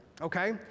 Okay